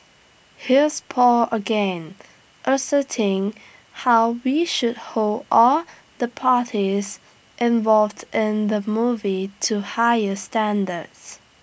here's Paul again asserting how we should hold all the parties involved in the movie to higher standards